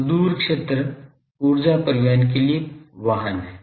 तो दूर क्षेत्र ऊर्जा परिवहन के लिए वाहन हैं